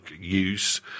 use